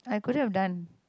I couldn't have done